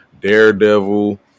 Daredevil